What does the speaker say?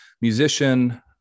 musician